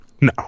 No